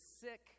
sick